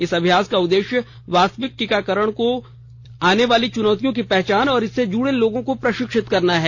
इस अभ्यास का उद्देश्य वास्तविक टीकाकरण के काम के दौरान आने वाली चुनौतियों की पहचान तथा इससे जुडे लोगों को प्रशिक्षित करना है